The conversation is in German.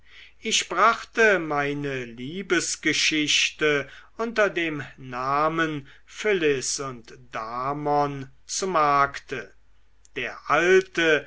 ich brachte meine liebesgeschichte unter dem namen phyllis und damon zu markte der alte